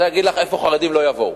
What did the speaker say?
אני רוצה להגיד לך לאן חרדים לא יבואו,